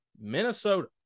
Minnesota